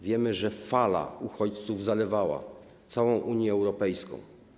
Wiemy, że fala uchodźców zalewała całą Unię Europejską.